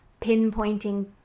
pinpointing